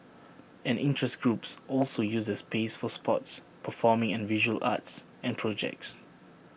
and interest groups also use the space for sports performing and visual arts and projects